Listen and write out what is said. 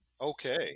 Okay